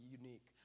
unique